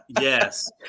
yes